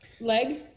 leg